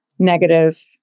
negative